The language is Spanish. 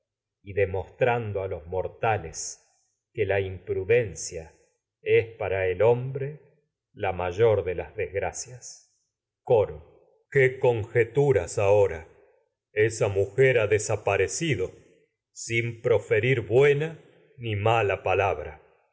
plutón trando a los mortales que la imprudencia es el hombre la mayor de las desgracias coro qué conjeturas ahora esa mujer ha des aparecido sin proferir buena ni mala palabra